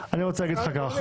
צריך לומר גם את